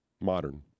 modern